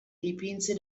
dipinse